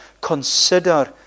consider